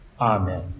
Amen